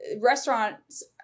restaurants